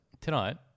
tonight